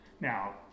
Now